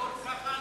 יעבור ככה?